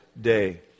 day